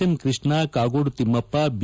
M Krishna Kagodu Thimmappa B